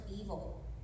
evil